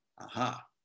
Aha